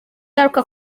ingaruka